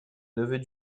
neveux